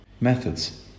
Methods